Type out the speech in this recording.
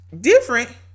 different